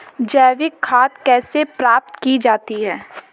जैविक खाद कैसे प्राप्त की जाती है?